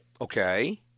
Okay